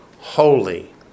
Holy